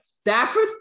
Stafford